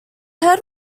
head